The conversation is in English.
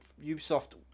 Ubisoft